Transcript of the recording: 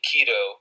Keto